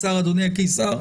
עושים.